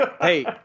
Hey